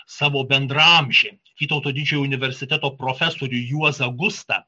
savo bendraamžį vytauto didžiojo universiteto profesorių juozą gustą